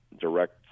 direct